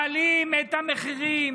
מעלים את המחירים